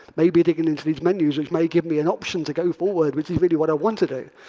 maybe digging into these menus, which may give me an option to go forward which is really what i want to do.